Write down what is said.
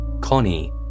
Connie